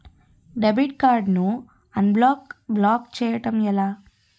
Debit card ను unblock block చేయటం ఎలా?